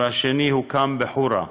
והשני הוקם בחורה.